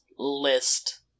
List